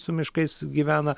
su miškais gyvena